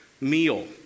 meal